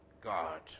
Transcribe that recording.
God